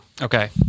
Okay